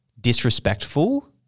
disrespectful